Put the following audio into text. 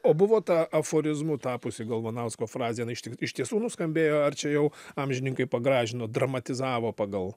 o buvo ta aforizmu tapusi galvanausko frazė jinai iš tiesų nuskambėjo ar čia jau amžininkai pagražino dramatizavo pagal